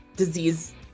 disease